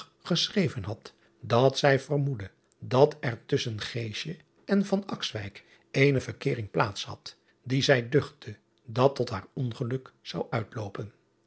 geschreven had dat zij vermoedde dat er tusschen en eene verkeering plaats had die zij duchtte dat tot haar ongeluk zou uitloopen